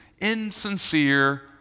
insincere